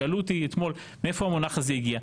שאלו אותי אתמול מאיפה המונח הזה הגיע.